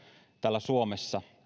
täällä suomessa